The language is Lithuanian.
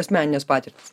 asmeninės patirtys